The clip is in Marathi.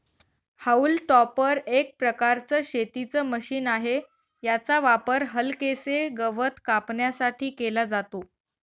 हाऊल टॉपर एक प्रकारचं शेतीच मशीन आहे, याचा वापर हलकेसे गवत कापण्यासाठी केला जातो